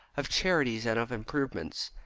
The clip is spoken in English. of charities and of improvements.